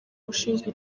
ushinzwe